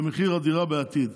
במחיר הדירה בעתיד.